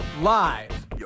live